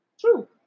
true